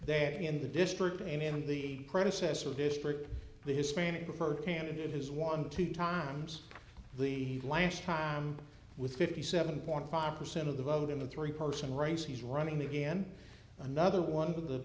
there in the district and in the predecessor district the hispanic preferred candidate has won two times the last time with fifty seven point five percent of the vote in a three person race he's running again another one for the